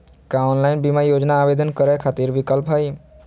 का ऑनलाइन बीमा योजना आवेदन करै खातिर विक्लप हई?